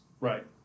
right